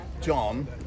John